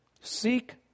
Seek